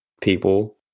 people